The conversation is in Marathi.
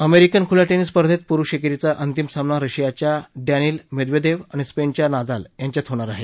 अमेरिकन खुल्या टेनिस स्पर्धेत पुरुष एकेरीचा अंतिम सामना रशियाच्या डॉनिल मेदवेदेव आणि स्पेनच्या नादाल यांच्यात होणार आहे